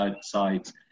sides